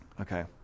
Okay